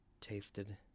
tasted